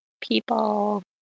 people